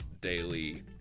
daily